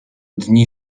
dni